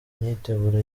imyiteguro